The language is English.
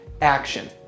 action